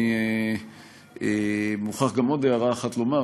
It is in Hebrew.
אני מוכרח גם עוד הערה אחת לומר.